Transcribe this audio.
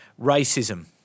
racism